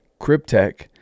Cryptech